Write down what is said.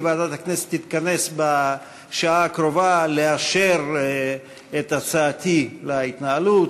כי ועדת הכנסת תתכנס בשעה הקרובה לאשר את הצעתי להתנהלות,